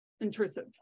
intrusive